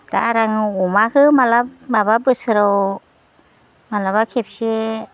दा आरो आङो अमाखो माब्लाबा माबा बोसोराव माब्लाबा खेबसे